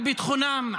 לביטחונם,